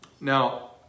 Now